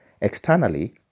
Externally